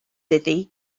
iddi